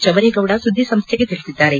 ಜವರೇಗೌಡ ಸುದ್ದಿಸಂಸ್ಟೆಗೆ ತಿಳಿಸಿದ್ದಾರೆ